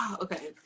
Okay